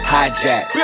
Hijack